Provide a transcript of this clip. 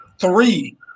three